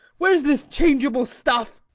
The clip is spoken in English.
where s this changeable stuff?